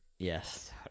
Yes